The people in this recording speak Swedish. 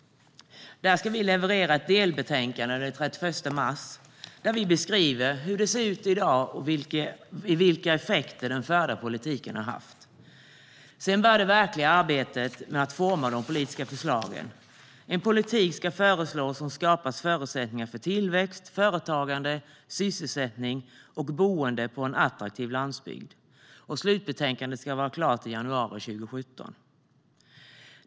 Vi ska leverera ett delbetänkande den 31 mars där vi beskriver hur det ser ut i dag och vilka effekter den förda politiken har haft. Sedan börjar det verkliga arbetet med att forma de politiska förslagen. En politik ska föreslås som skapar förutsättningar för tillväxt, företagande, sysselsättning och boende på en attraktiv landsbygd. Slutbetänkandet ska vara klart i januari 2017.